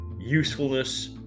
usefulness